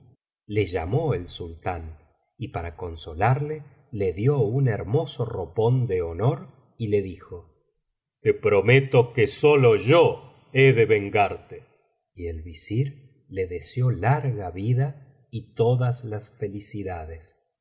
le llamó el sultán y para consolarle le dio un hermoso ropón de honor y le dijo te prometo que sólo yo he de vengarte y el visir le deseó larga vida y todas las felicidades